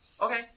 Okay